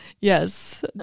Yes